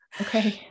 Okay